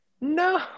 no